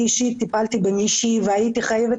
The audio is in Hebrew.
אני אישית טיפלתי במישהי והייתי חייבת